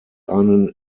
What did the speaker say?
einen